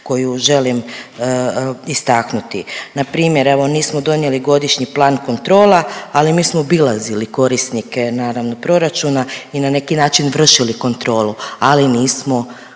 koju želim istaknuti. Npr. evo nismo donijeli godišnji plan kontrola, ali smo obilazili korisnike naravno proračuna i na neki način vršili kontrolu, ali nismo